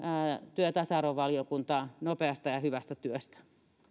työ ja tasa arvovaliokuntaa nopeasta ja hyvästä työstä